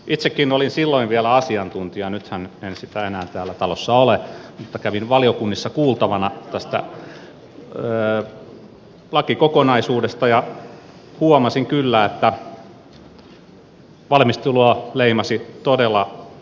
itsekin olin silloin vielä asiantuntija nythän en sitä enää täällä talossa ole mutta kävin valiokunnissa kuultavana tästä lakikokonaisuudesta ja huomasin kyllä että valmistelua leimasi todella paha kiire